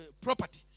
property